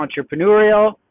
entrepreneurial